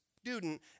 student